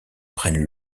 prennent